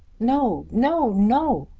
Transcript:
no no no!